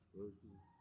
verses